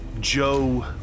Joe